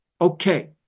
Okay